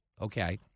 Okay